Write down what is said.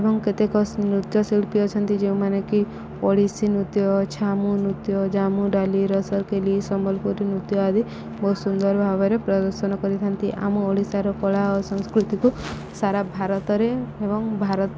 ଏବଂ କେତେକ ନୃତ୍ୟଶିଳ୍ପୀ ଅଛନ୍ତି ଯେଉଁମାନେ କି ଓଡ଼ିଶୀ ନୃତ୍ୟ ଛାମୁ ନୃତ୍ୟ ଜାମୁ ଡାଲି ରସରକଲି ସମ୍ବଲପୁରୀ ନୃତ୍ୟ ଆଦି ବହୁତ ସୁନ୍ଦର ଭାବରେ ପ୍ରଦର୍ଶନ କରିଥାନ୍ତି ଆମ ଓଡ଼ିଶାର କଳା ଓ ସଂସ୍କୃତିକୁ ସାରା ଭାରତରେ ଏବଂ ଭାରତ